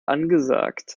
angesagt